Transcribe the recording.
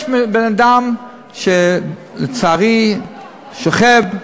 יש בן-אדם שלצערי שוכב,